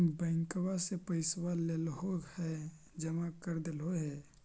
बैंकवा से पैसवा लेलहो है जमा कर देलहो हे?